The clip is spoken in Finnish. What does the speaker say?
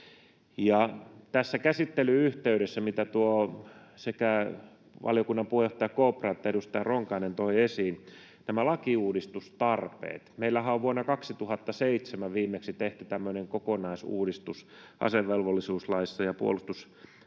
tässä käsittelyn yhteydessä sekä valiokunnan puheenjohtaja Kopra että edustaja Ronkainen toivat esiin nämä lakiuudistustarpeet. Meillähän on vuonna 2007 viimeksi tehty tämmöinen kokonaisuudistus asevelvollisuuslaissa ja Puolustusvoimista